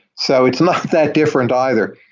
so it's not that different either.